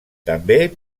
també